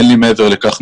מעבר לכך,